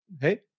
Hey